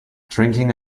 drinking